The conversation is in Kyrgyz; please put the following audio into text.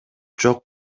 жок